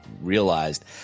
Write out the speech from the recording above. realized